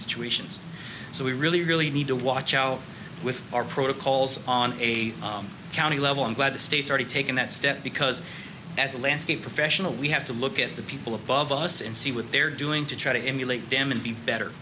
situations so we really really need to watch out with our protocols on a county level i'm glad the states already taken that step because as a landscape professional we have to look at the people above us and see what they're doing to try to emulate them and be better